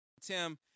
Tim